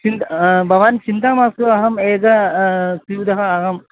चिन्ता भवान् चिन्ता मास्तु अहम् एकः स्यूतः अहम्